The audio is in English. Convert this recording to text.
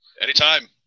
Anytime